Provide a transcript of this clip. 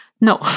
No